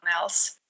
else